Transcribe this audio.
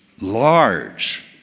Large